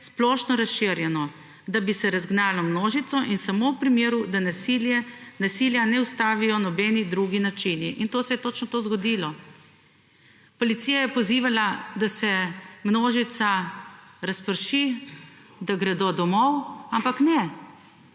splošno razširjeno, da bi se razgnalo množico in samo v primeru, da nasilja ne ustavijo nobeni drugi načini in to se je točno to zgodilo. Policija je pozivala, da se množica razprši, da gredo domov, ampak ne,